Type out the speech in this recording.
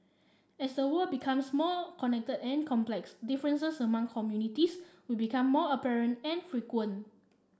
as the world becomes more connected and complex differences among communities will become more apparent and frequent